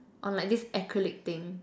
on like this acrylic thing